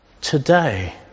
today